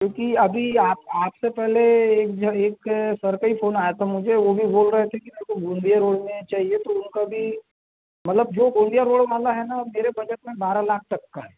क्योंकि अभी आप आप से पहले एक जन एक सर का ही फ़ोन आया था मुझे वो भी बोल रहे थे कि मेरे को गोंदिया रोड़ में चाहिए तो उनका भी मतलब जो गोंदिया रोड़ वाला है ना मेरे बजट में बारह लाख तक का है